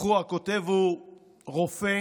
הכותב הוא רופא